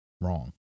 wrong